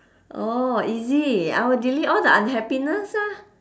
oh easy I would delete all the unhappiness ah